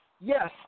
yes